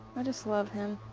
i just love him.